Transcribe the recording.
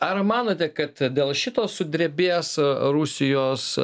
ar manote kad dėl šito sudrebės rusijos